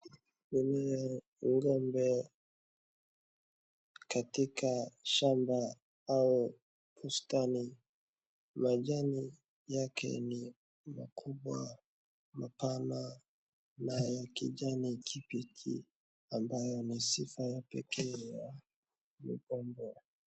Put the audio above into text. Eneo la migomba katika shamba au bustani, majani yake ni makubwa, mapama na ya kijani kibichi ambayo ni sifa pekee ya migomba.